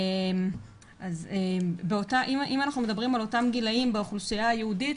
אם אנחנו מדברים על אותם גילאים באוכלוסייה היהודית,